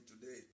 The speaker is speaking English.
today